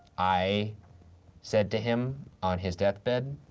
i said to him on his deathbed,